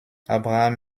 abraham